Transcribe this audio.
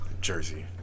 Jersey